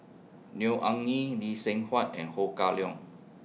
Neo Anngee Lee Seng Huat and Ho Kah Leong